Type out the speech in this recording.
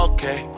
Okay